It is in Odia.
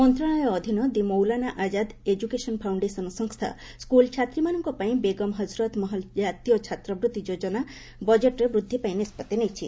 ମନ୍ତ୍ରଣାଳୟ ଅଧୀନ the Maulana Azad education foundation ସଂସ୍ଥା ସ୍କୁଲ୍ ଛାତ୍ରୀମାନଙ୍କପାଇଁ ବେଗମ୍ ହଜରତ୍ ମହଲ ଜାତୀୟ ଛାତ୍ରବୃତ୍ତି ଯୋଜନା ବଜେଟ୍ରେ ବୃଦ୍ଧିପାଇଁ ନିଷ୍ପଭି ନେଇଛି